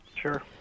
Sure